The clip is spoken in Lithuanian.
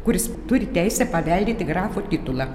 kuris turi teisę paveldėti grafo titulą